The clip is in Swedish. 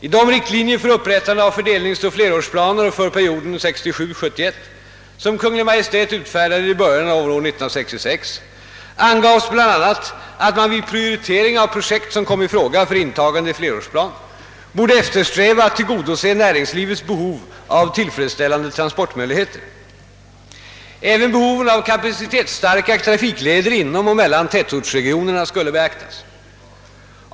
I de riktlinjer för upprättande av fördelningsoch flerårsplaner för perioden 1967—1971, som Kungl. Maj:t utfärdade i början av år 1966, angavs bl.a. att man vid prioriteringen av projekt som kom i fråga för intagande i flerårsplan borde eftersträva att tillgodose näringslivets behov av tillfredsställande transportmöjligheter. Även behoven av kapacitetsstarka trafikleder inom och mellan tätortsregionerna skulle beaktas.